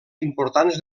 importants